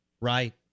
right